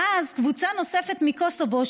ואז קבוצה נוספת מקוסובו,